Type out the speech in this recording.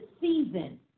season